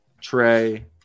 Trey